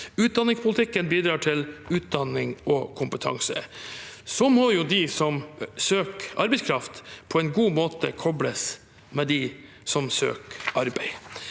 Utdanningspolitikken bidrar til utdanning og kompetanse. Så må de som søker arbeidskraft, på en god måte kobles med dem som søker arbeid.